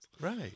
right